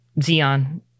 Xeon